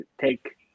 take